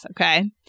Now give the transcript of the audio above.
okay